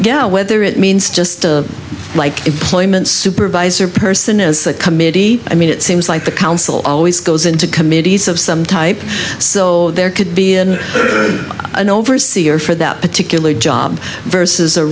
o whether it means just like employment supervisor person is a committee i mean it seems like the council always goes into committees of some type so there could be in an overseer for that particular job versus